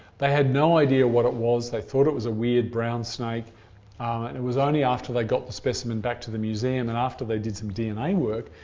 they had no idea what it was. they thought it was a weird brown snake and it was only after they got the specimen back to the museum and after they did some dna work,